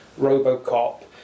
Robocop